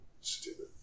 stupid